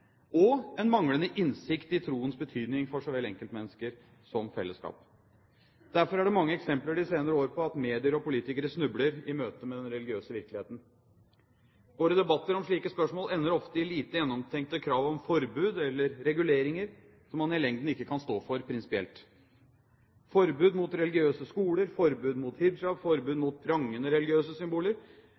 og en manglende innsikt i troens betydning for så vel enkeltmennesker som for fellesskapet. Derfor er det mange eksempler de senere år på at medier og politikere snubler i møtet med den religiøse virkeligheten. Våre debatter om slike spørsmål ender ofte i lite gjennomtenkte krav om forbud eller reguleringer som man i lengden ikke kan stå for prinsipielt. Forbud mot religiøse skoler, forbud mot hijab, forbud mot prangende religiøse symboler